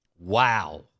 Wow